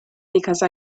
because